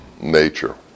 nature